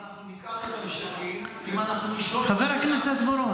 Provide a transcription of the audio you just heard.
אם אנחנו ניקח את --- אם אנחנו נשלוט -- חבר הכנסת בוארון